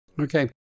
Okay